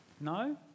No